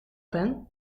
pen